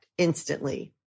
instantly